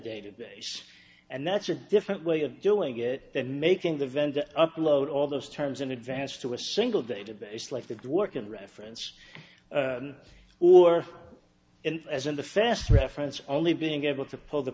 database and that's a different way of doing it than making the vendor upload all those terms in advance to a single database like the work of reference or and as a fast reference only being able to pull the